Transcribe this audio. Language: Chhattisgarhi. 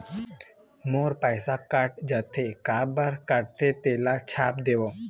मोर पैसा कट जाथे काबर कटथे तेला छाप देव?